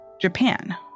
Japan